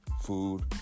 food